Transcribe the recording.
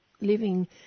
living